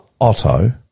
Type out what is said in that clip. Otto